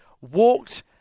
walked